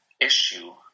issue